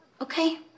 Okay